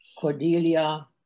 Cordelia